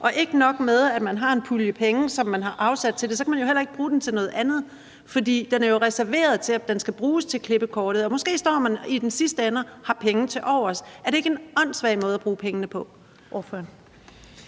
Og ikke nok med at man har en pulje penge, som man har afsat til det; man kan heller ikke bruge puljen til noget andet, fordi den jo er reserveret til klippekortet. Og måske står man i sidste ende og har penge tilovers. Er det ikke en åndssvag måde at bruge pengene på?